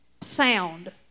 sound